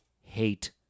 hate